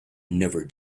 never